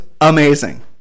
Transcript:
amazing